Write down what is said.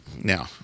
Now